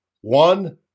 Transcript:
one